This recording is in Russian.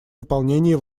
выполнении